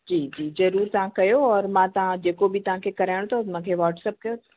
जी जी ज़रूरु तव्हां कयो और मां तव्हां जेको बि तव्हां खे कराइणो अथव मूंखे वाट्सअप कयो